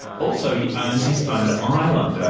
also, he owns his own island.